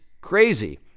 crazy